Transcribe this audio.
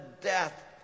death